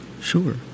Sure